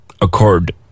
occurred